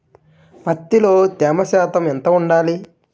పత్తిలో తేమ శాతం ఎంత ఉండాలి?